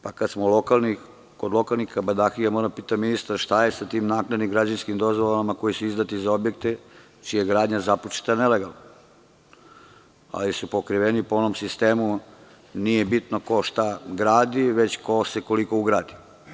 Pa, kad smo kod lokalnih kabadahija, moram da pitam ministra šta je sa tim naknadnim građevinskim dozvolama koje su izdate za objekte čija je gradnja započeta nelegalno, ali su pokriveni po onom sistemu – nije bitno ko šta gradi, već ko se koliko ugradi?